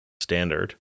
standard